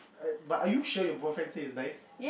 um but are you sure your boyfriend says it's nice